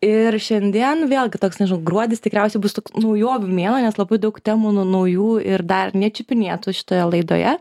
ir šiandien vėlgi toks nežinau gruodis tikriausiai bus toks naujovių mėnuo nes labai daug temų nu naujų ir dar nečiupinėtų šitoje laidoje